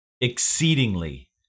exceedingly